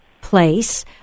place